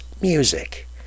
music